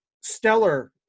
stellar